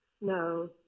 No